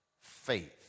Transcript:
faith